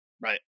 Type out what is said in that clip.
Right